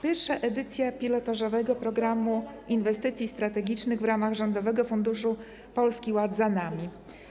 Pierwsza edycja pilotażowego Programu Inwestycji Strategicznych w ramach Rządowego Funduszu Polski Ład za nami.